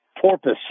Porpoise